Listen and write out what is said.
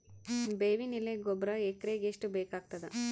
ಬೇವಿನ ಎಲೆ ಗೊಬರಾ ಎಕರೆಗ್ ಎಷ್ಟು ಬೇಕಗತಾದ?